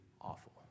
awful